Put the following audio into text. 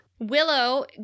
Willow